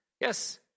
Yes